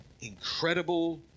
incredible